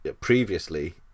previously